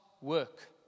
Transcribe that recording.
work